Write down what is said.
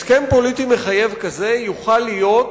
הסכם פוליטי מחייב כזה יוכל להיות